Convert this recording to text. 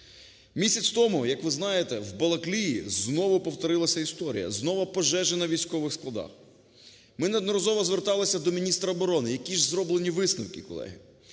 Місяць тому, як ви знаєте, в Балаклії знову повторилася історія, знову пожежі на військових складах. Ми неодноразово зверталися до міністра оборони, які ж зроблені висновки, колеги.